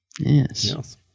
yes